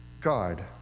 God